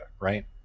right